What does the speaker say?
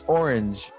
orange